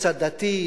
קצת דתי,